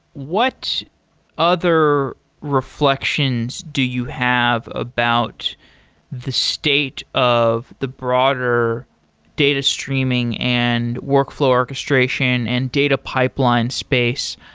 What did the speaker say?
what other reflections do you have about the state of the broader data streaming and workflow orchestration and data pipeline space?